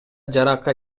жарака